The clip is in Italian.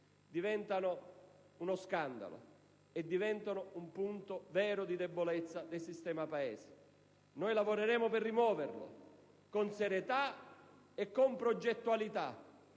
diventa uno scandalo e un punto vero di debolezza del sistema Paese. Noi lavoreremo per rimuoverlo con serietà e con progettualità